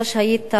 היית פה,